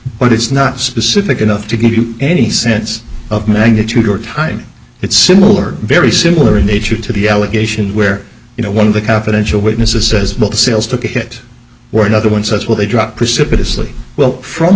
but it's not specific enough to give you any sense of magnitude or time it's similar very similar in nature to the allegation where you know one of the confidential witnesses says the sales took a hit or another once that's where they dropped precipitously well from